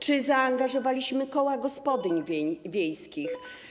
Czy zaangażowaliśmy koła gospodyń wiejskich?